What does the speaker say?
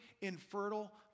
infertile